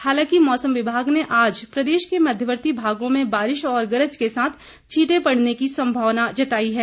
हालांकि मौसम विभाग ने आज प्रदेश के मध्यवर्ती भागों में बारिश और गरज के साथ छींटे पड़ने की सम्भावना है